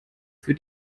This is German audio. für